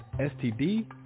STD